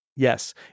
Yes